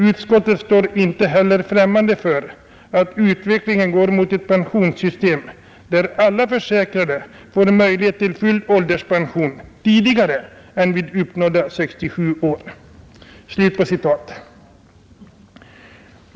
Utskottet står inte heller främmande för att utvecklingen går mot ett pensionssystem där alla försäkrade får möjlighet till full ålderspension tidigare än vid uppnådda 67 år.